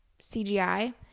CGI